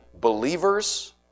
Believers